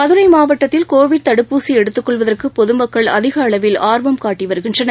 மதுரை மாவட்டத்தில் கோவிட் தடுப்பூசி எடுத்துக் கொள்வதற்கு பொதுமக்கள் அதிக அளவில் ஆர்வம் காட்ட வருகின்றனர்